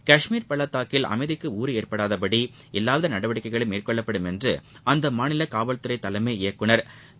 காஷ்மீர் பள்ளத்தாக்கில் அமைதிக்கு ஊறு ஏற்படாதபடி எல்லாவித நடவடிக்கைகளும் மேற்கொள்ளப்படும் என்று அந்த மாநில காவல்துறை தலைமை இயக்குநர் திரு